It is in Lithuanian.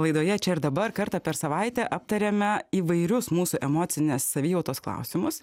laidoje čia ir dabar kartą per savaitę aptariame įvairius mūsų emocinės savijautos klausimus